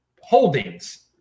holdings